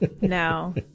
no